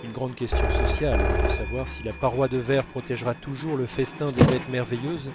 une grande question sociale de savoir si la paroi de verre protégera toujours le festin des bêtes merveilleuses